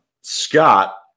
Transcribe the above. Scott